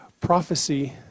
prophecy